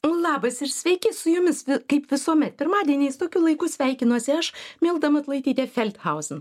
labas ir sveiki su jumis kaip visuomet pirmadieniais tokiu laiku sveikinuosi aš milda matulaitytė feldhausen